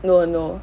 no no